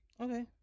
Okay